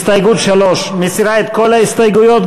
הסתייגות 3, מסירה את כל ההסתייגויות?